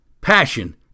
passion